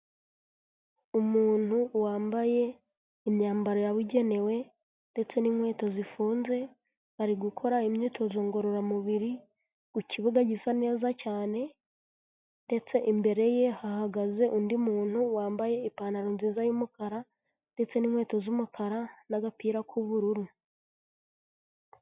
Umuntu wambaye imyambaro yabugenewe ndetse n'inkweto zifunze ari gukora imyitozo ngororamubiri ku kibuga gisa neza cyane ndetse imbere ye hahagaze undi muntu wambaye ipantaro nziza yumukara, ndetse n'inkweto z'umukara n'agapira k'ubururu.